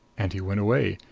and he went away,